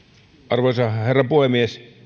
arvoisa herra puhemies